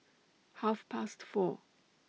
Half Past four